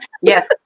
Yes